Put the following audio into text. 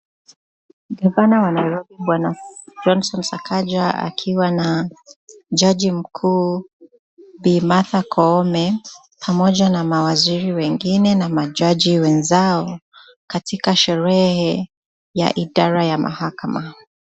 Gavana wa Nairobi bwana Johnson Sakaja akiwa na jaji mkuu bi Martha Koome pamoja na mawaziri wengine na majaji wenzao katika sherehe ya idara ya mahakama.